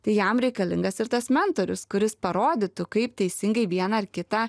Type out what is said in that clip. tai jam reikalingas ir tas mentorius kuris parodytų kaip teisingai vieną ar kitą